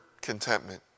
contentment